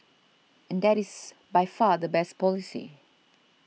and that is by far the best policy